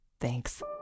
thanks